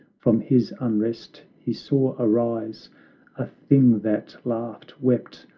from his unrest he saw arise a thing that laughed, wept,